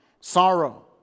sorrow